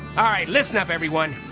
all right, listen up everyone,